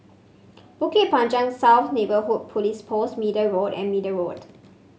Bukit Panjang South Neighbourhood Police Post Middle Road and Middle Road